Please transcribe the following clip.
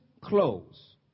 clothes